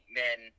men